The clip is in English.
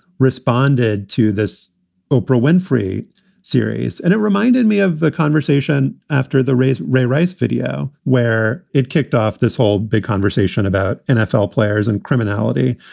responded to this oprah winfrey series. and it reminded me of the conversation after the race ray rice video where it kicked off this whole big conversation about nfl players and criminality,